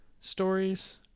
stories